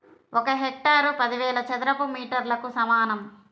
ఒక హెక్టారు పదివేల చదరపు మీటర్లకు సమానం